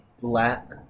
black